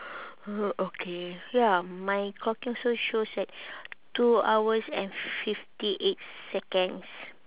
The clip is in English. hmm okay ya my clock here also shows that two hours and fifty eight seconds